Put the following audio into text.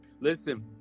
Listen